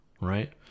Right